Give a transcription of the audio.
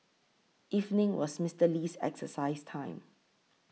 evening was Mister Lee's exercise time